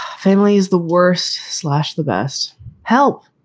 family is the worst slash. the best help.